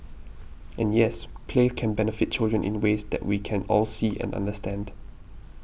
and yes play can benefit children in ways that we can all see and understand